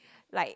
like